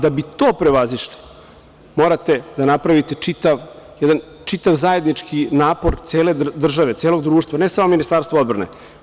Da bi to prevazišli morate da napravite jedan zajednički napor cele države, celog društva, ne samo Ministarstva odbrane.